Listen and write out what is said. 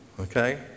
Okay